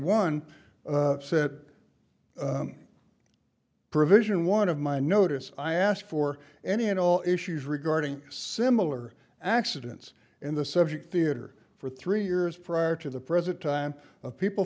one said provision one of my notice i asked for any and all issues regarding similar accidents in the subject theater for three years prior to the present time of people